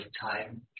time